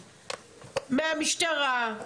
מהמשטרה,